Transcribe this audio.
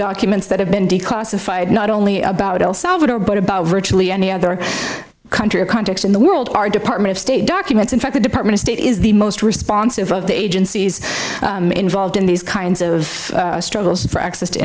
documents that have been declassified not only about el salvador but about virtually any other country or contacts in the world our department of state documents in fact the department of state is the most responsive of the agencies involved in these kinds of struggles for access to